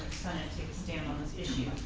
take a stand on this issue.